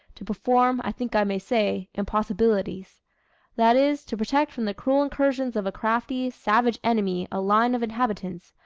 to perform, i think i may say, impossibilities that is, to protect from the cruel incursions of a crafty, savage enemy a line of inhabitants,